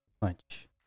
punch